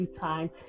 time